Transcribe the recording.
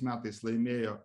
metais laimėjo